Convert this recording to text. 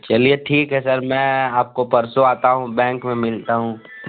चलिए ठीक है सर मैं आपको परसों आता हूँ बैंक में मिलता हूँ